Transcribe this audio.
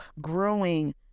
growing